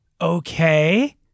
Okay